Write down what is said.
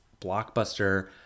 blockbuster